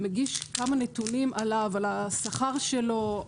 מגיש כמה נתונים עליו על השכר שלו,